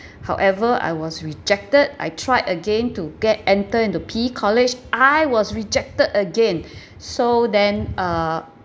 however I was rejected I tried again to get enter into P college I was rejected again so then uh